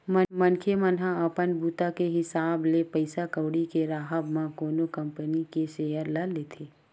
मनखे मन ह अपन बूता के हिसाब ले पइसा कउड़ी के राहब म कोनो कंपनी के सेयर ल लेथे